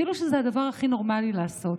כאילו שזה הדבר הכי נורמלי לעשות.